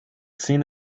seen